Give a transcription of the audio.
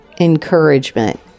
Encouragement